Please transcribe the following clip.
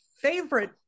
favorite